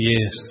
Yes